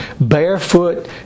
barefoot